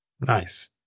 Nice